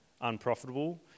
unprofitable